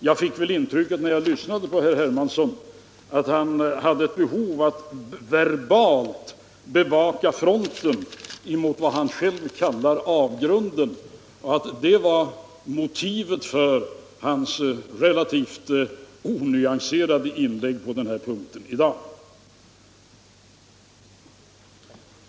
Jag fick intrycket när jag lyssnade till herr Hermansson att han hade behov av att verbalt bevaka fronten mot vad han själv kallar ”avgrunden”, och att det var motivet för hans relativt onyanserade inlägg på den här punkten i dag.